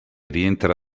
rientra